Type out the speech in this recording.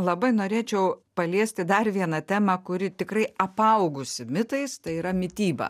labai norėčiau paliesti dar vieną temą kuri tikrai apaugusi mitais tai yra mityba